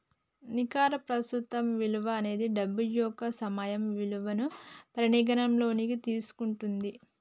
నికర ప్రస్తుత విలువ అనేది డబ్బు యొక్క సమయ విలువను పరిగణనలోకి తీసుకుంటది